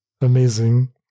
Amazing